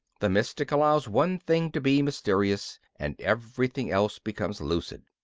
the mystic allows one thing to be mysterious, and everything else becomes lucid.